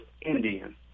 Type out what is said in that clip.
Indian